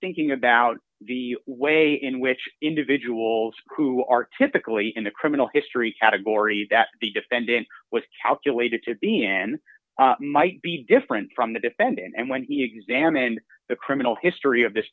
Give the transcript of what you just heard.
thinking about the way in which individuals who are typically in the criminal history categories that the defendant was calculated to b n might be different from the defendant and when he examined the criminal history of this